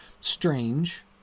strange